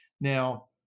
Now